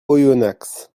oyonnax